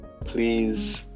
please